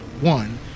one